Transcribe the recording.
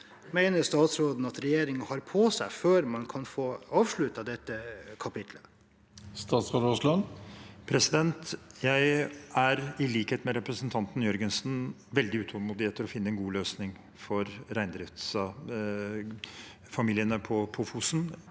mener statsråden at regjeringen har på seg før man kan få avsluttet dette kapitlet? Statsråd Terje Aasland Jeg er, i likhet med representanten Jørgensen, veldig utålmodig etter å finne en god løsning for reindriftsfamiliene på Fosen.